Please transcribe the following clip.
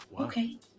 okay